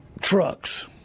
trucks